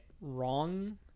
wrong